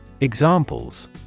Examples